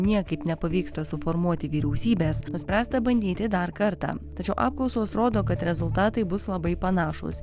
niekaip nepavyksta suformuoti vyriausybės nuspręsta bandyti dar kartą tačiau apklausos rodo kad rezultatai bus labai panašūs